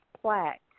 plaque